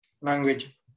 Language